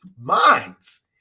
minds